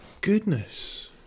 goodness